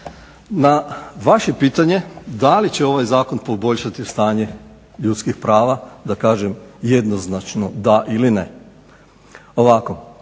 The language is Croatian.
Na vaše pitanje da li će ovaj zakon poboljšati stanje ljudskih prava, da kažem jednoznačno da ili ne. Ovako,